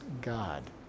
God